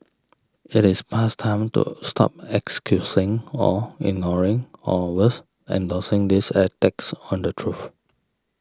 it is past time to stop excusing or ignoring or worse endorsing these attacks on the truth